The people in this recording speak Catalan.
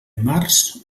març